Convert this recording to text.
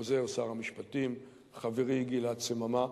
עוזר שר המשפטים, חברי גלעד סממה.